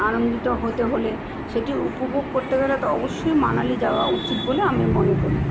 আনন্দিত হতে হলে সেটি উপভোগ করতে গেলে তো অবশ্যই মানালি যাওয়া উচিত বলে আমি মনে করি